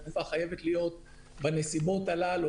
התקופה חייבת להיות בנסיבות הללו,